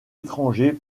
étrangers